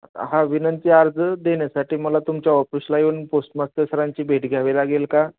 हा विनंती अर्ज देण्यासाठी मला तुमच्या ऑफिसला येऊन पोस्ट मास्टर सरांची भेट घ्यावी लागेल का